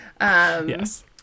Yes